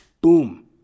boom